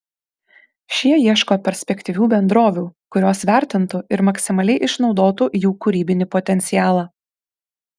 šie ieško perspektyvių bendrovių kurios vertintų ir maksimaliai išnaudotų jų kūrybinį potencialą